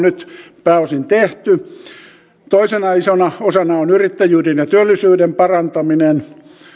nyt pääosin tehty toisena isona osana on yrittäjyyden ja työllisyyden parantaminen